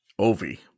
Ovi